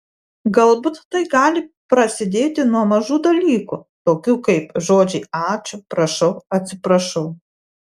galbūt tai gali prasidėti nuo mažų dalykų tokių kaip žodžiai ačiū prašau atsiprašau